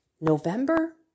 November